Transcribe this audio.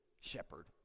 shepherd